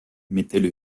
mettaient